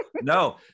No